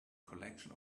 collection